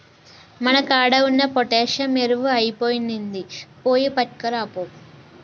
మన కాడ ఉన్న పొటాషియం ఎరువు ఐపొయినింది, పోయి పట్కరాపో